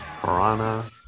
Piranha